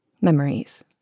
Memories